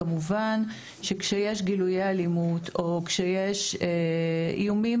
כמובן שכשיש גילויי אלימות או כשיש איומים